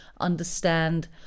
understand